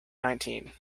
nineteen